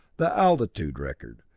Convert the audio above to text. the altitude record,